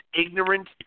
ignorant